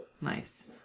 Nice